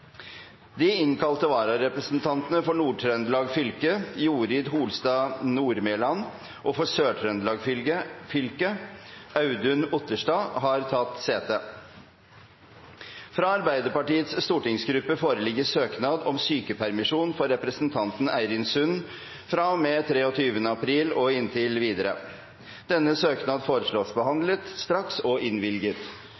De innkalte vararepresentantene, for Nord-Trøndelag fylke Jorid Holstad Nordmelan og for Sør-Trøndelag fylke Audun Otterstad, har tatt sete. Fra Arbeiderpartiets stortingsgruppe foreligger søknad om sykepermisjon for representanten Eirin Sund fra og med 23. april og inntil videre. Etter søknad